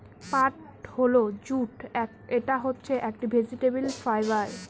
পাট মানে হল জুট এটা হচ্ছে একটি ভেজিটেবল ফাইবার